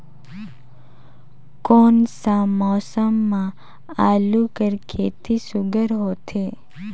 कोन सा मौसम म आलू कर खेती सुघ्घर होथे?